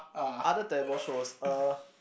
other terrible shows uh